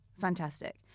Fantastic